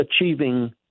achieving